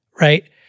right